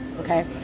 okay